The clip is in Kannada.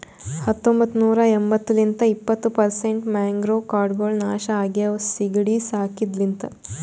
ಹತೊಂಬತ್ತ ನೂರಾ ಎಂಬತ್ತು ಲಿಂತ್ ಇಪ್ಪತ್ತು ಪರ್ಸೆಂಟ್ ಮ್ಯಾಂಗ್ರೋವ್ ಕಾಡ್ಗೊಳ್ ನಾಶ ಆಗ್ಯಾವ ಸೀಗಿಡಿ ಸಾಕಿದ ಲಿಂತ್